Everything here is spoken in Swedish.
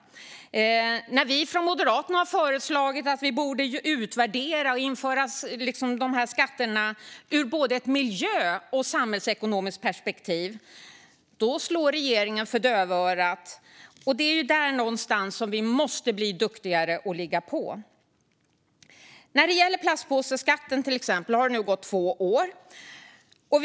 När vi från Moderaterna har föreslagit att vi ska utvärdera och införa skatterna ur ett miljö och samhällsekonomiskt perspektiv slår regeringen för dövörat. Det är där någonstans som vi måste bli duktigare och ligga på. Det har nu gått två år med plastpåseskatten.